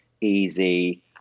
easy